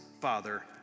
Father